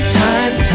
time